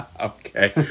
Okay